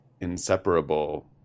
inseparable